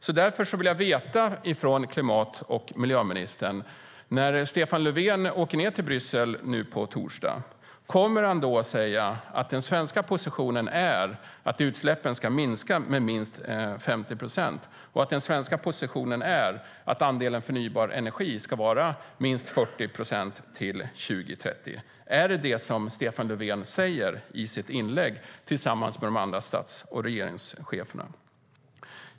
Jag skulle vilja veta av klimat och miljöministern om Stefan Löfven när han åker till Bryssel på torsdag kommer att säga att den svenska positionen är att utsläppen ska minska med minst 50 procent och att andelen förnybar energi ska vara minst 40 procent till 2030. Kommer Stefan Löfven att säga det i sitt inlägg till de andra stats och regeringscheferna?